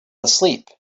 asleep